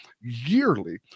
yearly